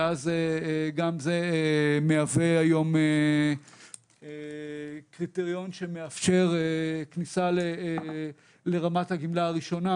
וגם זה מהווה היום קריטריון שמאפשר כניסה לרמת הגמלה הראשונה,